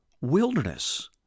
wilderness